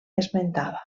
esmentada